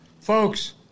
Folks